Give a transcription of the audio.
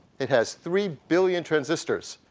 it has three billion transistors.